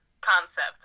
concept